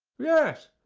yes,